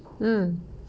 mm